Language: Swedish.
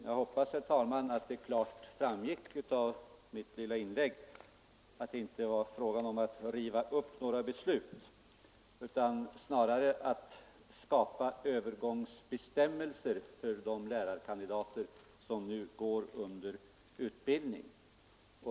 Jag hoppas, herr talman, att det klart framgick av mitt lilla inlägg att det inte var fråga om att riva upp några beslut utan snarare om att skapa övergångsbestämmelser för de lärarkandidater som nu är under utbildning.